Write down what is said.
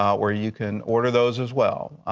um where you can order those as well.